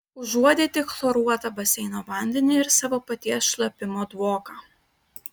užuodė tik chloruotą baseino vandenį ir savo paties šlapimo dvoką